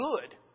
good